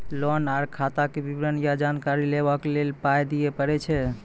Loan आर खाताक विवरण या जानकारी लेबाक लेल पाय दिये पड़ै छै?